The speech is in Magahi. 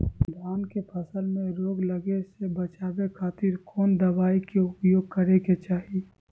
धान के फसल मैं रोग लगे से बचावे खातिर कौन दवाई के उपयोग करें क्या चाहि?